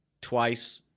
twice